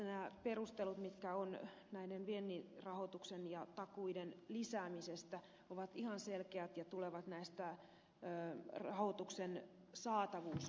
nämä perustelut mitkä ovat viennin rahoituksen ja takuiden lisäämisestä ovat ihan selkeät ja tulevat näistä rahoituksen saatavuusongelmista